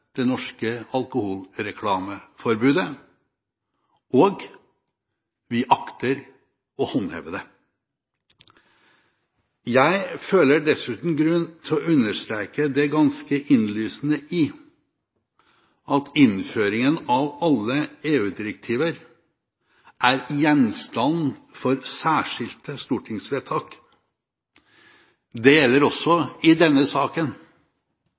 det norske alkoholreklameforbudet. Og: Vi akter å håndheve det. Jeg føler dessuten at det er grunn til å understreke det ganske innlysende i at innføringen av alle EU-direktiver er gjenstand for særskilte stortingsvedtak. Det gjelder også i denne saken.